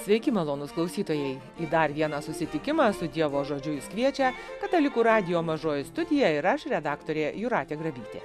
sveiki malonūs klausytojai į dar vieną susitikimą su dievo žodžiu jus kviečia katalikų radijo mažoji studija ir aš redaktorė jūratė grabytė